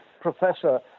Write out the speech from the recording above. professor